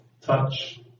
touch